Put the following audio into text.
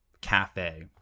cafe